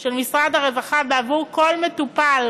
של משרד הרווחה בעבור כל מטופל